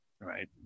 right